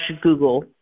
Google